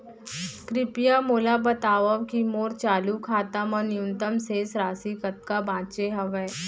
कृपया मोला बतावव की मोर चालू खाता मा न्यूनतम शेष राशि कतका बाचे हवे